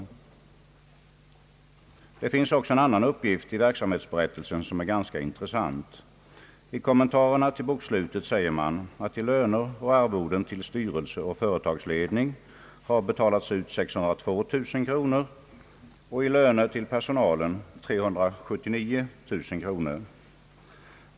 Det finns också en annan uppgift i verksamhetsberättelsen som är ganska intressant. I kommentarerna till bokslutet uppges att i löner och arvode till styrelse och företagsledning har 602 000 kronor utbetalats och i löner till personalen 379 000 kronor.